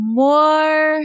more